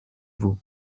vous